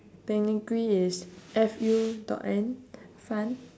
technically is F U dot N fun